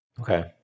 Okay